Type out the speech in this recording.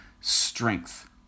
strength